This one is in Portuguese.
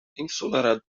ensolarado